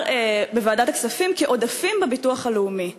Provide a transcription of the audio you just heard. בוועדת הכספים כעודפים בביטוח הלאומי.